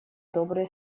добрые